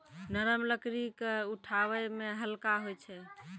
नरम लकड़ी क उठावै मे हल्का होय छै